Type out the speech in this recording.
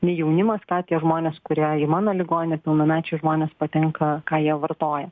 nei jaunimas ką tie žmonės kurie į mano ligoninę pilnamečiai žmonės patenka ką jie vartoja